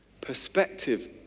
Perspective